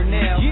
now